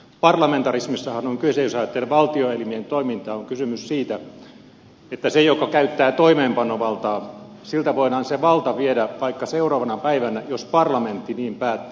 parlamentarismissahan on kyse jos ajattelee valtioelimien toimintaa siitä että siltä joka käyttää toimeenpanovaltaa voidaan se valta viedä vaikka seuraavana päivänä jos parlamentti niin päättää